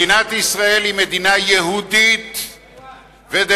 מדינת ישראל היא מדינה יהודית ודמוקרטית,